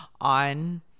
on